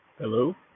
Hello